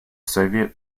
soviet